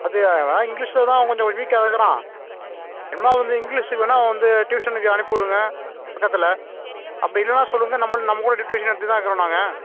அது அவன் இங்கிலீஷில் தான் அவன் கொஞ்சம் வீக்காக இருக்கிறான் என்ன அவன் வந்து இங்கிலீஷுக்கு வேணா அவன் வந்து டியூஷனுக்கு அனுப்பி விடுங்க பக்கத்தில் அப்படி இல்லைன்னா சொல்லுங்கள் நம்மளும் நம்ம கூட டியூஷன் எடுத்துகிட்டு தான் இருக்கிறோம் நாங்கள்